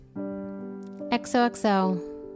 XOXO